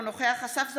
אינו נוכח אסף זמיר,